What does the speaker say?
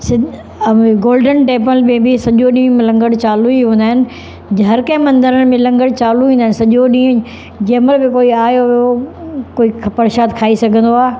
सि अम golden temple में बि सॼो ॾींहुं लंगर चालू ई हूंदा आहिनि हर कंहिं मंदर में लंगर चालू ई हूंदा आहिनि सॼो ॾींहुं जंहिं महिल बि कोई आयो वियो कोई प्रशाद खाई सघंदो आ्हे